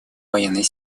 военной